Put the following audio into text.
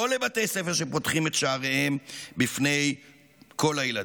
לא לבתי ספר שפותחים את שעריהם בפני כל הילדים.